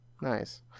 Nice